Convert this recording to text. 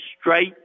straight